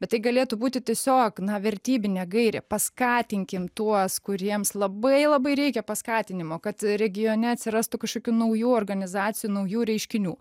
bet tai galėtų būti tiesiog na vertybinė gairė paskatinkim tuos kuriems labai labai reikia paskatinimo kad regione atsirastų kažkokių naujų organizacijų naujų reiškinių